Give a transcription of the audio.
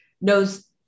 knows